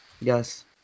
Yes